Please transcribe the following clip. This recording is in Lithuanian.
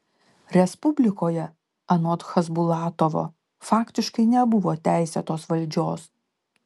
respublikoje anot chasbulatovo faktiškai nebuvo teisėtos valdžios